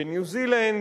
בניו-זילנד,